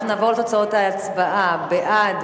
אנחנו נעבור לתוצאות ההצבעה: בעד,